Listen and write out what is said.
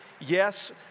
Yes